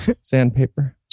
sandpaper